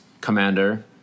commander